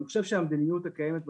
אני חושב שהמדיניות הקיימת בממשלה,